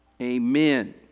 Amen